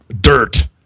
Dirt